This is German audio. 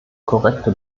korrekte